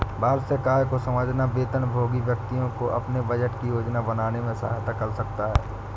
वार्षिक आय को समझना वेतनभोगी व्यक्तियों को अपने बजट की योजना बनाने में सहायता कर सकता है